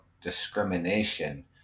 discrimination